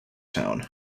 town